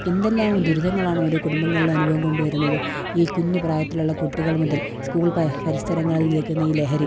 എന്തെല്ലാമാണ് ദുരിതങ്ങളാണ് ഓരോ കുടുംബങ്ങളിൽ അനുഭവം കൊണ്ടുവരുന്നത് ഈ കുഞ്ഞു പ്രായത്തിലുള്ള കുട്ടികള് മുതല് സ്കൂള് പരിസരങ്ങളിലേക്ക് ഇന്ന് ഈ ലഹരി